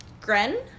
Gren